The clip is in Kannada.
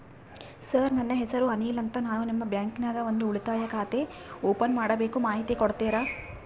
ಸರ್ ನನ್ನ ಹೆಸರು ಅನಿಲ್ ಅಂತ ನಾನು ನಿಮ್ಮ ಬ್ಯಾಂಕಿನ್ಯಾಗ ಒಂದು ಉಳಿತಾಯ ಖಾತೆ ಓಪನ್ ಮಾಡಬೇಕು ಮಾಹಿತಿ ಕೊಡ್ತೇರಾ?